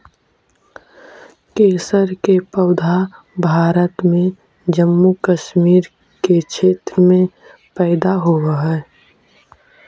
केसर के पौधा भारत में जम्मू कश्मीर के क्षेत्र में पैदा होवऽ हई